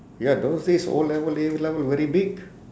ya those days O level A level very big